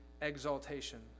exaltation